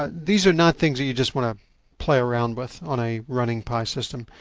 but these are not things that you just want to play around with on a running pi system.